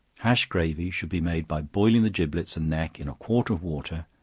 hash gravy should be made by boiling the giblets and neck in a quart of water,